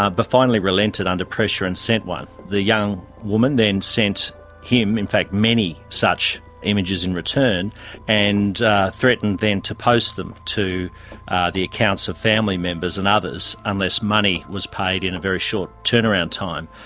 ah but finally relented under pressure and sent one. the young woman then sent him in fact many such images in return and threatened then to post them to the accounts of family members and others unless money was paid in a very short turnaround time.